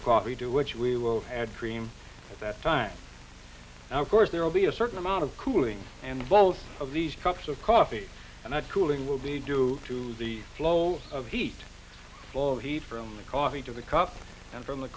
of coffee to which we will add cream at that time and of course there will be a certain amount of cooling and both of these cups of coffee and i cooling will be due to the flow of heat flow of heat from the coffee to the cup and from the